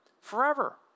forever